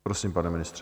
Prosím, pane ministře.